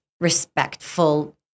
respectful